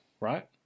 right